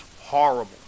horrible